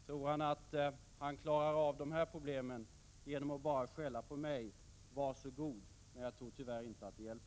Tror Roine Carlsson att han kan klara av dessa problem genom att bara skälla på mig, var så god, men jag tror tyvärr inte att det hjälper.